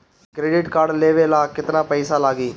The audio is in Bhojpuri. क्रेडिट कार्ड लेवे ला केतना पइसा लागी?